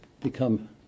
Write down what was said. become